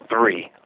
three